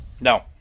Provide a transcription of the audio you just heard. No